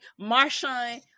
Marshawn